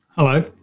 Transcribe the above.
Hello